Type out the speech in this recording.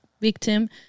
victim